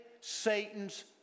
Satan's